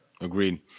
agreed